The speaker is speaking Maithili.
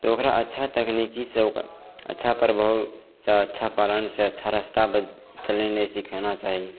तऽ ओकरा अच्छा तकनीकीसे ओकर अच्छा प्रभावसे तऽ अच्छा पालनसे अच्छा रस्ता बतलेनाइ सिखाना चाही